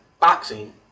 boxing